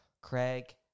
Craig